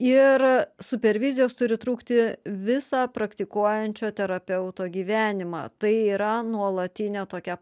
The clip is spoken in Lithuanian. ir supervizijos turi trukti visą praktikuojančio terapeuto gyvenimą tai yra nuolatinė tokia